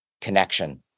connection